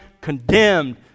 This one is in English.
condemned